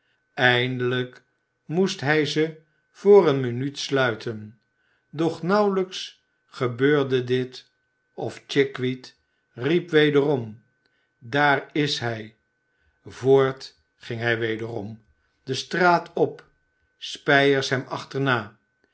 eindelijk moest hij ze voor een minuut sluiten doch nauwelijks gebeurde dit of chickweed riep wederom daar is hij voort ging hij wederom de straat op spyers hem achterna